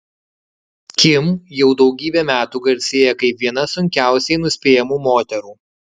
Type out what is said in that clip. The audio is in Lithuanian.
kim jau daugybę metų garsėja kaip viena sunkiausiai nuspėjamų moterų